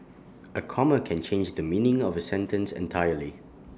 A comma can change the meaning of A sentence entirely